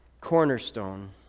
cornerstone